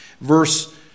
verse